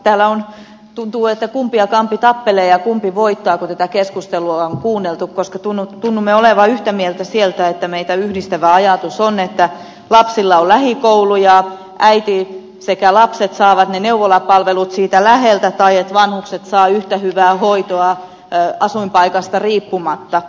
täällä tuntuu että kumpi ja kampi tappelee ja kumpi voittaa kun tätä keskustelua on kuunneltu koska tunnumme olevan yhtä mieltä siitä että meitä yhdistävä ajatus on että lapsilla on lähikouluja äiti sekä lapset saavat ne neuvolapalvelut siitä läheltä tai että vanhukset saavat yhtä hyvää hoitoa asuinpaikasta riippumatta